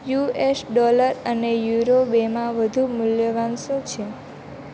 you S dollar અને euro બેમાં વધુ મૂલ્યવાન શું છે